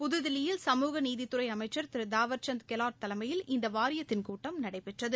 புதுதில்லியில் சமூக நீதித்துறை அமைச்ச் திரு தாவா்சந்த் கெலாட் தலைமையில் இந்த வாரியத்தின் கூட்டம் நடைபெற்றது